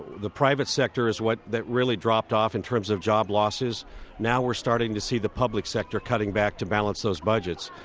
the private sector is what really dropped off in terms of job losses now we're starting to see the public sector cutting back to balance those budgets.